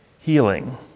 healing